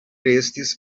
restis